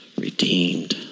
redeemed